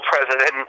president